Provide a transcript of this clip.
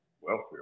welfare